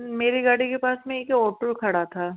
मेरी गाड़ी के पास में एक ऑटो खड़ा था